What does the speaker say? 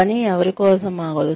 పని ఎవరీ కోసం ఆగదు